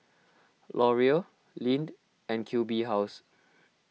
Laurier Lindt and Q B House